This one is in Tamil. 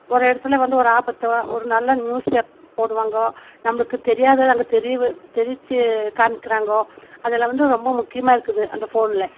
ஒரு இடத்துல வந்து ஒரு ஆபத்தோ ஒரு நல்ல நியூஸ் பேப் போடுவாங்க நம்மளுக்கு தெரியாததை அங்கே தெரி தெரிவித்து காமிக்கிறாங்க அதில் வந்து ரொம்ப முக்கியமாக இருக்குது அந்த ஃபோனில்